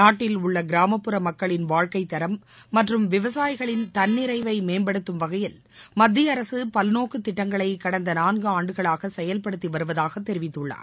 நாட்டில் உள்ள கிராமப்புற மக்களின் வாழ்க்கைத்தரம் மற்றும் விவசாயிகளின் தன்னிறைவை மேம்படுத்தும் வகையில் மத்திய அரசு பல்நோக்கு திட்டங்களை கடந்த நான்காண்டுகளாக செயல்படுத்தி வருவதாக தெரிவித்துள்ளார்